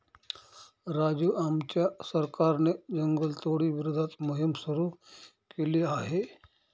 राजू आमच्या सरकारने जंगलतोडी विरोधात मोहिम सुरू केली आहे